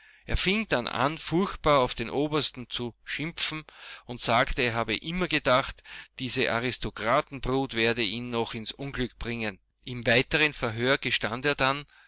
er fing dann an furchtbar auf den obersten zu schimpfen und sagte er habe immer gedacht diese aristokratenbrut werde ihn noch ins unglück bringen im weiteren verhör gestand er dann